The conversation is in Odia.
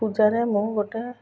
ପୂଜାରେ ମୁଁ ଗୋଟେ